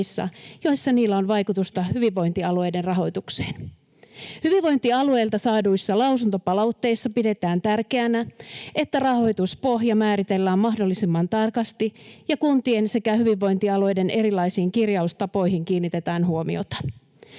joissa niillä on vaikutusta hyvinvointialueiden rahoitukseen. Hyvinvointialueilta saaduissa lausuntopalautteissa pidetään tärkeänä, että rahoituspohja määritellään mahdollisimman tarkasti ja kuntien sekä hyvinvointialueiden erilaisiin kirjaustapoihin kiinnitetään huomiota.